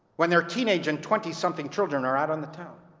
when their teenage and twenty something children are out on the town,